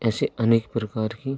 ऐसे अनेक प्रकार के